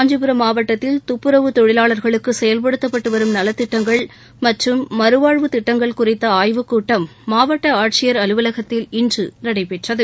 காஞ்சிபுரம் மாவட்டத்தில் துப்புரவு தொழிலாளர்களுக்கு செயல்படுத்தப்பட்டு வரும் நலத்திட்டங்கள் மற்றும் மறுவாழ்வு திட்டங்கள் குறித்த ஆய்வுக் கூட்டம் மாவட்ட ஆட்சியர் அலுவலகத்தில் இன்று நடைபெற்றது